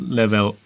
level